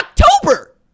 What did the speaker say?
October